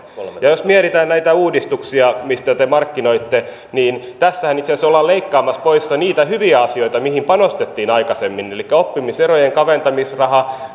jos mietitään näitä uudistuksia mitä te markkinoitte niin tässähän itse asiassa ollaan leikkaamassa pois niitä hyviä asioita mihin panostettiin aikaisemmin elikkä oppimiserojen kaventamisraha